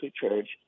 church